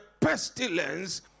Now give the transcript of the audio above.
pestilence